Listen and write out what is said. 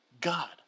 God